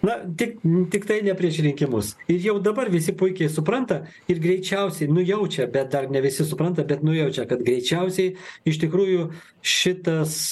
na tik tiktai ne prieš rinkimus ir jau dabar visi puikiai supranta ir greičiausiai nujaučia bet dar ne visi supranta bet nujaučia kad greičiausiai iš tikrųjų šitas